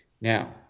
Now